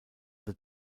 the